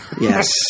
Yes